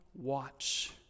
watch